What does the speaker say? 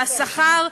והשכר.